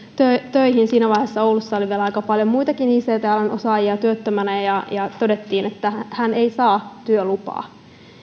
töihin siinä vaiheessa oulussa oli vielä aika paljon muitakin ict alan osaajia työttömänä ja ja todettiin että hän ei saa työlupaa